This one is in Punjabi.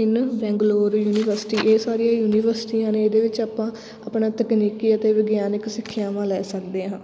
ਇਨ ਬੰਗਲੌਰ ਯੂਨੀਵਰਸਿਟੀ ਇਹ ਸਾਰੀਆਂ ਯੂਨੀਵਰਸਿਟੀਆਂ ਨੇ ਇਹਦੇ ਵਿੱਚ ਆਪਾਂ ਆਪਣਾ ਤਕਨੀਕੀ ਅਤੇ ਵਿਗਿਆਨਿਕ ਸਿੱਖਿਆਵਾਂ ਲੈ ਸਕਦੇ ਹਾਂ